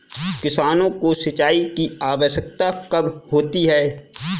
किसानों को सिंचाई की आवश्यकता कब होती है?